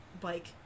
bike